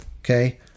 okay